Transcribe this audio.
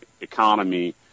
economy